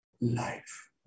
life